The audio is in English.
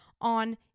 on